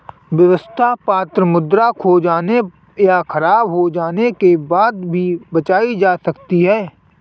व्यवस्था पत्र मुद्रा खो जाने या ख़राब हो जाने के बाद भी बचाई जा सकती है